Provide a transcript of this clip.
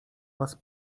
was